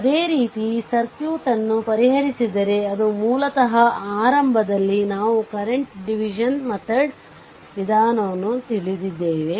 ಅದೇ ರೀತಿ ಈ ಸರ್ಕ್ಯೂಟ್ ಅನ್ನು ಪರಿಹರಿಸಿದರೆ ಅದು ಮೂಲತಃ ಆರಂಭದಲ್ಲಿ ನಾವು ಕರೆಂಟ್ ಡಿವಿಜನ್ ಮೆತಡ್ ವಿಧಾನವನ್ನು ತಿಳಿದಿದ್ದೇವೆ